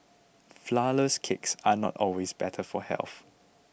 Flourless Cakes are not always better for health